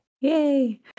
Yay